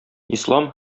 ислам